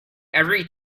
every